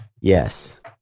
Yes